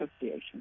association